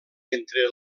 entre